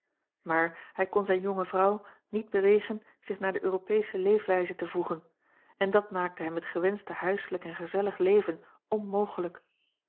maar hij kon zijne jonge vrouw niet bewegen zich naar de europeesche leefwijze te voegen en dat maakte hem het gewenschte huislijk en gezellig leven onmogelijk